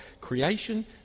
Creation